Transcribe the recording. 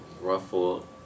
ruffle